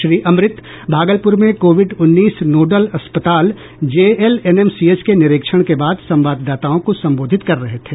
श्री अमृत भागलपुर में कोविड उन्नीस नोडल अस्पताल जेएलएनएमसीएच के निरीक्षण के बाद संवाददाताओं को संबोधित कर रहे थे